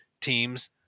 teams